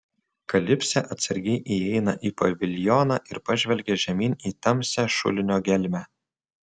kalipsė atsargiai įeina į paviljoną ir pažvelgia žemyn į tamsią šulinio gelmę